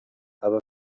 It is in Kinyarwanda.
aba